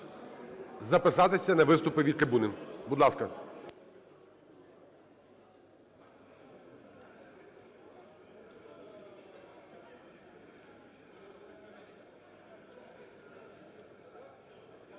записатися на виступи від трибуни. Будь ласка.